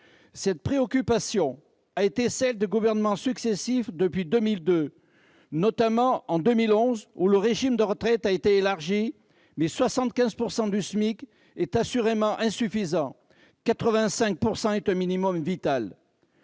Cette préoccupation a été celle de gouvernements successifs depuis 2002, notamment en 2011, où le régime de retraite a été élargi. Mais 75 % du SMIC, c'est assurément insuffisant ; 85 %, c'est un minimum vital